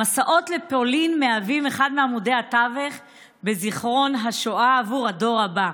המסעות לפולין מהווים אחד מעמודי התווך בזיכרון השואה עבור הדור הבא.